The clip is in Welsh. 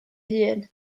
hun